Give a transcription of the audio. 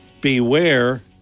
Beware